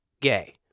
gay